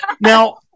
Now